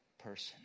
person